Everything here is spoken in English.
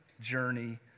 journey